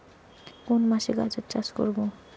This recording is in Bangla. কোন মাসে গাজর চাষ করব?